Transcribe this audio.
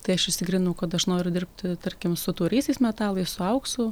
tai aš išsigryninau kad aš noriu dirbti tarkim su tauriaisiais metalais su auksu